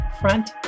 Front